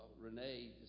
Renee